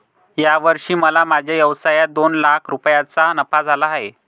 या वर्षी मला माझ्या व्यवसायात दोन लाख रुपयांचा नफा झाला आहे